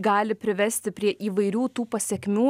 gali privesti prie įvairių tų pasekmių